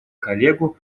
коллегу